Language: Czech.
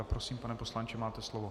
Prosím, pane poslanče, máte slovo.